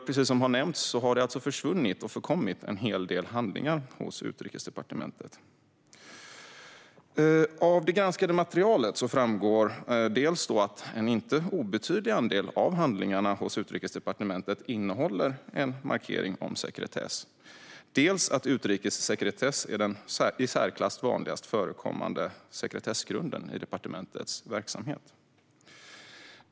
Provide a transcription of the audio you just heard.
Precis som har nämnts har nämligen en hel del handlingar försvunnit och förkommit hos Utrikesdepartementet. Av det granskade materialet framgår dels att en inte obetydlig andel av handlingarna hos Utrikesdepartementet innehåller en markering om sekretess, dels att utrikessekretess är den i särklass vanligast förekommande sekretessgrunden i departementets verksamhet.